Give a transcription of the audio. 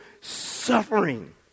suffering